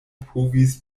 povis